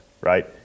Right